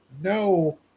no